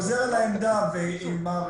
תקציב המעונות.